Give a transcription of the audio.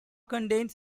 contains